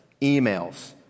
emails